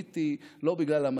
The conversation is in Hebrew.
לא בגלל השיקול הפוליטי,